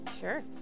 sure